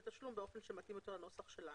תשלום באופן שמתאים יותר לנוסח שלנו.